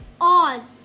On